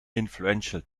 influential